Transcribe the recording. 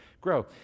grow